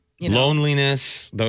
Loneliness